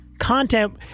content